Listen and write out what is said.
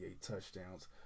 touchdowns